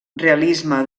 realisme